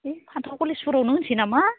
बे फान्थाव कलेजफोरावनो होनोसै नामा